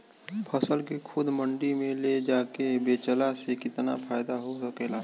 फसल के खुद मंडी में ले जाके बेचला से कितना फायदा हो सकेला?